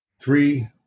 three